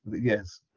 yes